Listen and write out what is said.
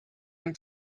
and